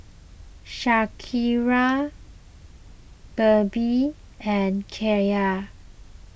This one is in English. Shakira Debbi and Kyla